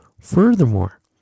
Furthermore